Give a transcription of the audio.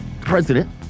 president